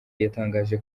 yatangaje